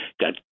got